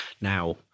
now